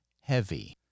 Heavy